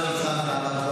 ואתם עוד מדברים עלינו?